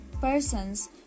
persons